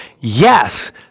Yes